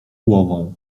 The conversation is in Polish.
głową